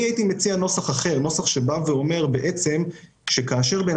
אני הייתי מציע נוסח שאומר שאפשר להאריך את התקופה כאשר בן